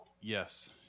Yes